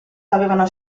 avevano